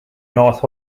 north